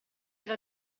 era